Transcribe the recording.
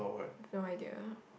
have no idea